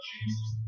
Jesus